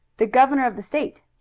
the governor of the state.